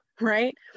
right